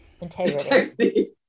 integrity